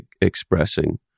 expressing